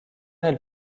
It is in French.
elle